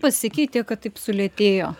pasikeitė kad taip sulėtėjo